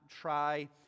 try